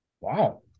wow